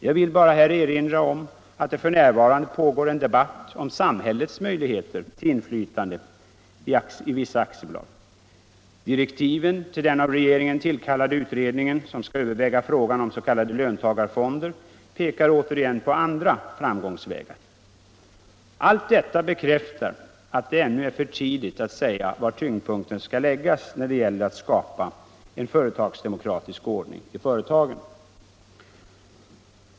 Jag vill bara erinra om att det f.n. pågår en debatt om samhällets möjligheter till inflytande i vissa aktiebolag. Direktiven till den av regeringen tillkallade utredning som skall överväga frågan om s.k. löntagarfonder pekar återigen på andra framgångsvägar. Allt detta bekräftar att det nu är för tidigt att säga var tyngdpunkten skall läggas när det gäller att skapa en företagsdemokratisk ordning i företagen.